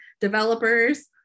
developers